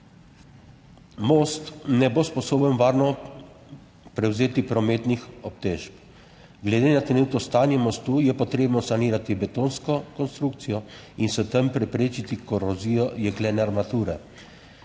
Most ne bo sposoben varno prevzeti prometnih obtežb. Glede na trenutno stanje mostu je potrebno sanirati betonsko konstrukcijo in s tem preprečiti korozijo jeklene armature.